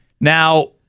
Now